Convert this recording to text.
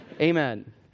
Amen